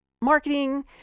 marketing